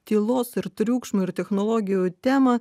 tylos ir triukšmo ir technologijų temą